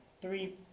three